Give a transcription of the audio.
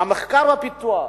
מחקר ופיתוח,